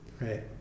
Right